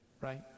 right